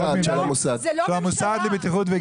של המוסד לבטיחות ולגיהות.